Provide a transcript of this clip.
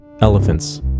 Elephants